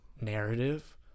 narrative